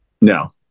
No